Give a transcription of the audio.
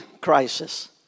crisis